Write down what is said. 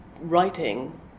writing